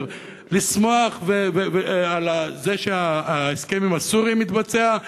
לשמוח על כך שההסכם עם הסורים מתבצע?